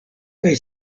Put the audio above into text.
kaj